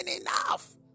enough